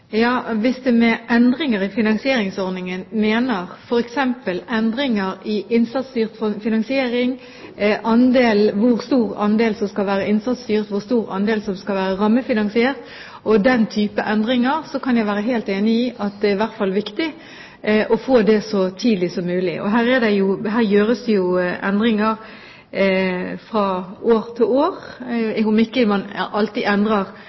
Ja, hvis det med endringer i finansieringsordningene menes f.eks. endringer i innsatsstyrt finansiering – hvor stor andel som skal være innsatsstyrt, hvor stor andel som skal være rammefinansiert, og den type endringer – kan jeg være helt enig i at det i hvert fall er viktig å få det så tidlig som mulig. Her gjøres det jo endringer fra år til år – om man ikke alltid endrer